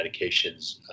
medications